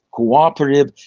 cooperative,